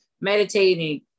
meditating